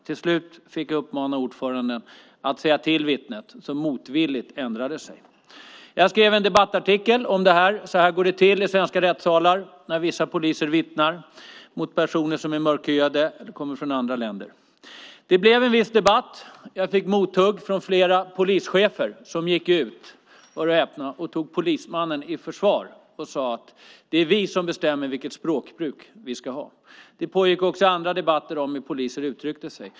Till slut fick jag uppmana ordföranden att säga till vittnet, som motvilligt ändrade sig. Jag skrev en debattartikel om detta, om hur det går till i svenska rättssalar när vissa poliser vittnar mot personer som är mörkhyade och kommer från andra länder. Det blev en viss debatt, och jag fick mothugg från flera polischefer som gick ut och, hör och häpna, tog polismannen i försvar och sade: Det är vi som bestämmer vilket språkbruk vi ska ha. Det pågick också andra debatter om hur poliser uttryckte sig.